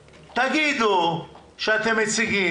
7. הוספת התוספת השנייה.